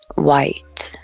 white